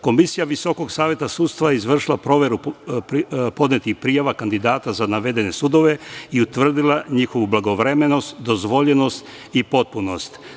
Komisija Visokog saveta sudstva je izvršila proveru podnetih prijava kandidata za navedene sudove i utvrdila njihovu blagovremenost, dozvoljenost i potpunost.